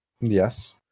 Yes